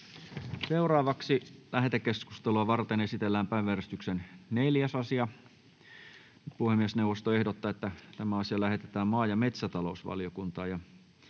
joukkoja. Lähetekeskustelua varten esitellään päiväjärjestyksen 4. asia. Puhemiesneuvosto ehdottaa, että asia lähetetään maa- ja metsätalousvaliokuntaan.